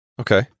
Okay